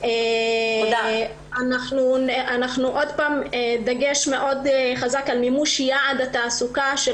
אנחנו שמים דגש חזק מאוד על מימוש יעד התעסוקה של